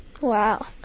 Wow